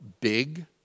big